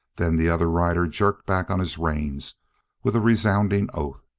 then the other rider jerked back on his reins with a resounding oath.